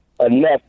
enough